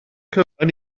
cyfan